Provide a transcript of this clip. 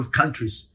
countries